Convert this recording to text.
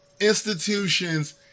institutions